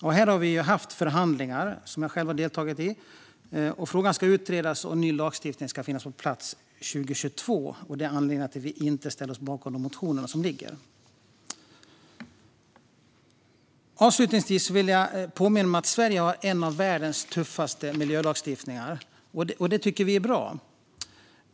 Förhandlingar har skett, som jag själv har deltagit i, och frågan ska utredas och ny lagstiftning finnas på plats 2022. Detta är alltså anledningen till att vi inte ställer oss bakom dessa motioner. Avslutningsvis vill jag påminna om att Sverige har en av världens tuffaste miljölagstiftningar, och det är bra.